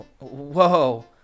Whoa